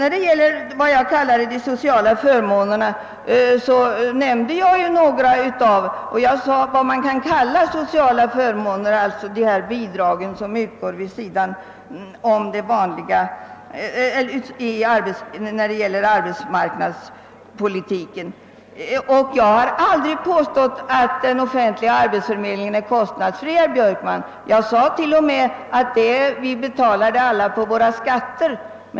När det gäller vad jag kallade sociala förmåner nämnde jag bara några av de bidrag som utgår arbetsmarknadspolitiskt. Jag påstod heller aldrig att den offentliga arbetsförmedlingen är kostnadsfri. Jag sade t.o.m. att vi alla betalar den genom våra skatter.